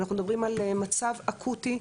אנחנו מדברים על מצב אקוטי,